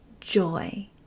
joy